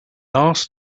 asked